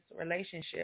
relationship